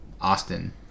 Austin